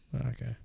Okay